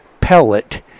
pellet